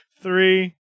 three